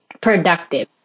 productive